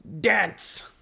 dance